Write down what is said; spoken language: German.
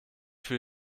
für